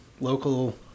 local